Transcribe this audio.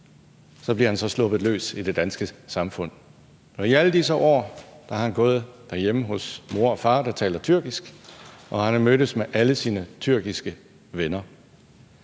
bliver han så sluppet løs i det danske samfund. Og i alle disse år har han gået derhjemme hos mor og far, der taler tyrkisk, og han har mødtes med alle sine tyrkiske venner.